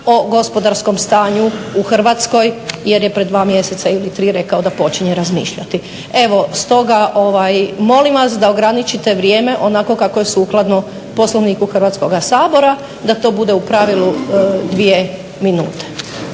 o gospodarskom stanju u Hrvatskoj jer je pred dva mjeseca ili tri rekao da počinje razmišljati. Evo, stoga molim vas da ograničite vrijeme onako kako je sukladno Poslovniku Hrvatskoga sabora. Da to bude u pravilu dvije minute.